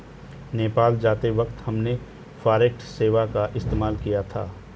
नेपाल जाते वक्त हमने फॉरेक्स सेवा का इस्तेमाल किया था